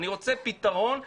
אני רוצה פתרון לחבר'ה,